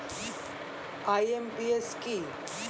IMPS কি?